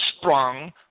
sprung